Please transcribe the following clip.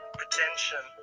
pretension